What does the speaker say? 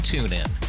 TuneIn